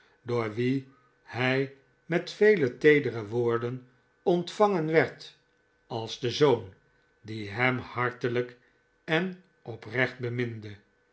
door wien hij met vele teedere woorden ontvangen werd als de zoon die hem hartelijk en oprecht beminde